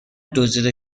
دزدیده